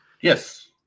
Yes